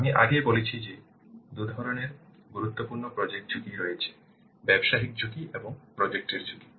আমি আগেই বলেছি যে দুধরনের গুরুত্বপূর্ণ প্রজেক্ট ঝুঁকি রয়েছে ব্যবসায়িক ঝুঁকি এবং প্রজেক্ট এর ঝুঁকি